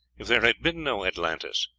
if there had been no atlantis,